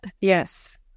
Yes